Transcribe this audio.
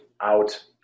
out